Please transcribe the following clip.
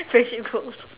friendship goals